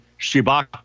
shibaka